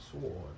sword